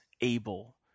able